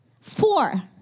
Four